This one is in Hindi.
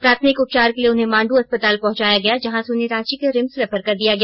प्राथमिक उपचार के लिए उन्हें मांड अस्पताल पहुंचाया गया जहां से उन्हें रांची के रिम्स रेफर कर दिया गया